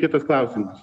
kitas klausimas